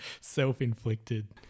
self-inflicted